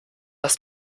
hast